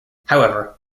however